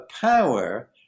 power